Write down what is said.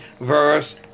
verse